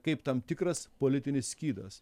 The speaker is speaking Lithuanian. kaip tam tikras politinis skydas